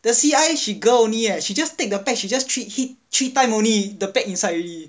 the C_I she girl only eh she just take the peg she hit three time only the peg inside already